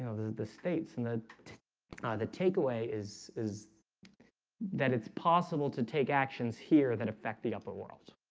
know the the states and the ah the take away is is that it's possible to take actions here that affect the upper world